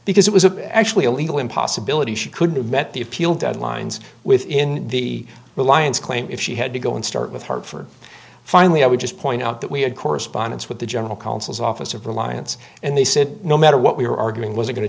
because it was a actually a legal in possibility she could have met the appeal deadlines within the alliance claim if she had to go and start with her for finally i would just point out that we had correspondence with the general counsel's office of reliance and they said no matter what we were arguing was